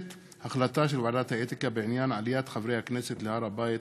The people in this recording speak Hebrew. החלטה של ועדת האתיקה בעניין עליית חברי הכנסת להר-הבית,